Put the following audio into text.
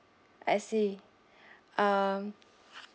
I see um